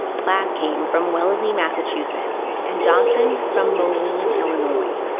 plath came from wellesley massachusetts and johnson from moline illinois.